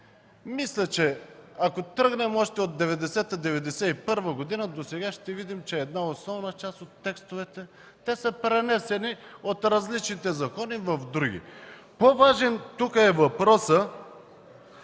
мисля, че ако тръгнем от 1990-1991 г. досега, ще видим, че основна част от текстовете са пренесени от различните закони в други. По-важен тук е въпросът